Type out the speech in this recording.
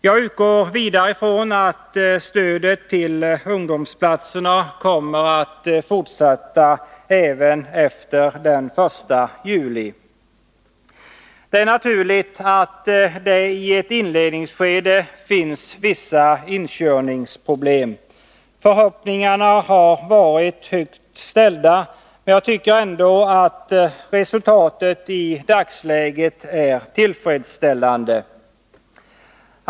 Jag utgår vidare från att stödet till ungdomsplatserna kommer att lämnas fortsättningsvis, även efter den 1 juli. Det är naturligt att det i ett inledningsskede finns vissa inkörningsproblem. Förhoppningarna har varit högt ställda, men jag tycker ändå att resultatet i dagsläget är tillfredsställande.